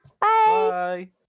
Bye